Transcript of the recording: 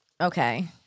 Okay